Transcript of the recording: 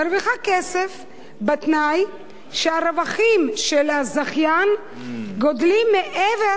מרוויחה כסף בתנאי שהרווחים של הזכיין גדלים מעבר